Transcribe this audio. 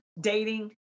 dating